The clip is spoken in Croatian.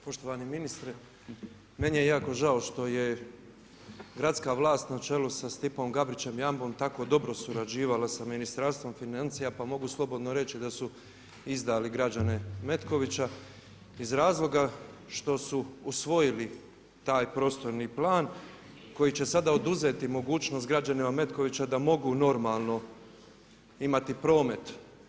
Poštovani ministre, meni je jako žao što je gradska vlast na čelu sa Stipom Gabrićem Jambom tako dobro surađivala sa Ministarstvom financija pa mogu slobodno reći da su izdali građane Metkovića iz razloga što su usvojili taj prostorni plan koji će sada oduzeti mogućnost građanima Metkovića da mogu normalno imati promet.